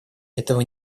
этого